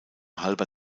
halber